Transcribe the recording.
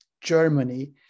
Germany